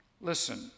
Listen